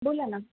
बोला ना